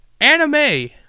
Anime